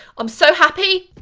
i'm so happy.